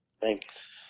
Thanks